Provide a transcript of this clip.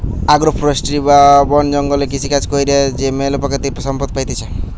agro forestry বা বন জঙ্গলে কৃষিকাজ কইরে যে ম্যালা প্রাকৃতিক সম্পদ পাইতেছি